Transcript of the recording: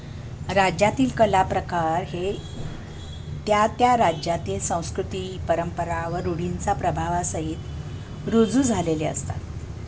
राज्यातील कलाप्रकार हे त्या त्या राज्यातील संस्कृती परंपरा व रूढींचा प्रभावासहित रुजू झालेले असतात